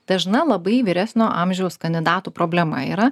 dažna labai vyresnio amžiaus kandidatų problema yra